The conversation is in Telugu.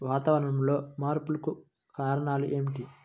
వాతావరణంలో మార్పులకు కారణాలు ఏమిటి?